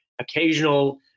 occasional –